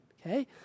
okay